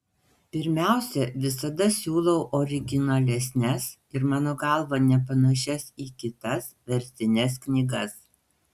pirmiausia visada siūlau originalesnes ir mano galva nepanašias į kitas verstines knygas